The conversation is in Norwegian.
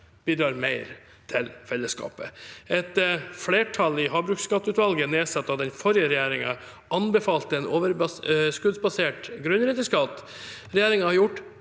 bidrar mer til fellesskapet. Et flertall i havbruksskatteutvalget, nedsatt av den forrige regjeringen, anbefalte en overskuddsbasert grunnrenteskatt. Regjeringen har gjort